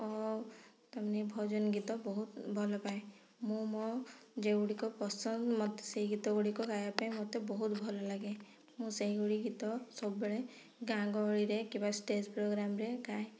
ଓ ତା ମାନେ ଭଜନ ଗୀତ ବହୁତ ଭଲ ପାଏ ମୁଁ ମୋ ଯେଉଁଗୁଡ଼ିକ ପସନ୍ଦ ମୋତେ ସେଇ ଗୀତଗୁଡ଼ିକ ଗାଇବା ପାଇଁ ମୋତେ ବହୁତ ଭଲ ଲାଗେ ମୁଁ ସେଇ ଭଳି ଗୀତ ସବୁବେଳେ ଗାଁ ଗହଳିରେ କିମ୍ବା ଷ୍ଟେଜ୍ ପୋଗ୍ରାମ୍ରେ ଗାଏ